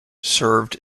served